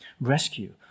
rescue